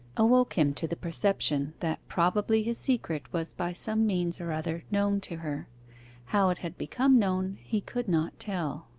awoke him to the perception that probably his secret was by some means or other known to her how it had become known he could not tell.